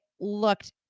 looked